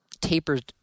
Tapered